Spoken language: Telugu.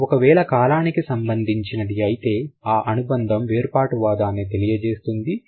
అది ఒకవేళ కాలానికి సంబంధించినది అయితే ఆ అనుబంధం వేర్పాటువాదాన్ని తెలియజేస్తుంది